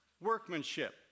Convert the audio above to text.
workmanship